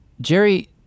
Jerry